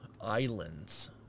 islands